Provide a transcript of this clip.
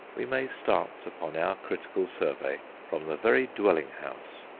we may start upon our critical survey from the very dwelling-house.